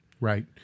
Right